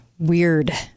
weird